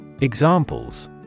Examples